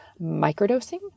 microdosing